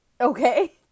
okay